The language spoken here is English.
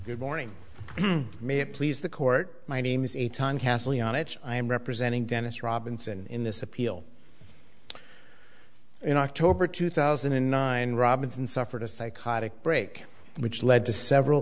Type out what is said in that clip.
good morning may it please the court my name is a time kathleen on it i am representing dennis robinson in this appeal in october two thousand and nine robinson suffered a psychotic break which led to several